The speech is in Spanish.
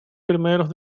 primeros